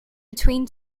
between